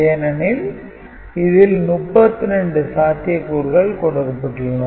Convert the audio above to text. ஏனெனில் இதில் 32 சாத்தியக்கூறுகள் கொடுக்கப்பட்டுள்ளன